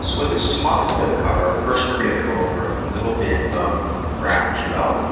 what this talk is going to cover, first, we're going to go over a little bit of graphql.